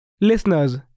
Listeners